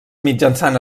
mitjançant